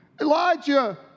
Elijah